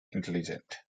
intelligent